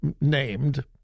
named